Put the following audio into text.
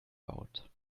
out